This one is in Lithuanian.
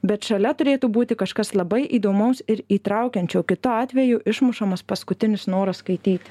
bet šalia turėtų būti kažkas labai įdomaus ir įtraukiančio kitu atveju išmušamas paskutinis noras skaityti